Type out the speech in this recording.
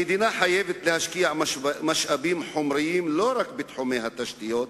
המדינה חייבת להשקיע משאבים חומריים לא רק בתחומי התשתיות,